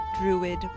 Druid